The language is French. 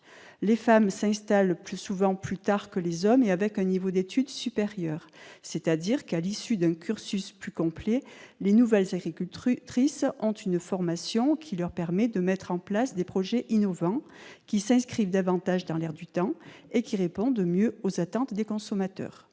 Les femmes s'installent souvent plus tard que les hommes et avec un niveau d'études supérieur. Autrement dit, à l'issue d'un cursus plus complet, les nouvelles agricultrices ont une formation qui leur permet de mettre en place des projets innovants, lesquels s'inscrivent davantage dans l'air du temps et répondent mieux aux attentes des consommateurs.